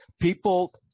People